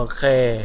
Okay